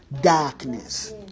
darkness